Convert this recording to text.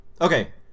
Okay